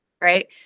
right